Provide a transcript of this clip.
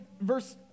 verse